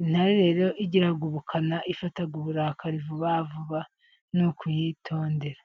Intare rero igira ubukana, ifata uburakari vuba vuba ni ukuyitondera.